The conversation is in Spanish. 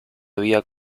había